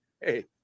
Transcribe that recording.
hey